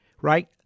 right